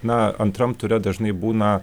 na antram ture dažnai būna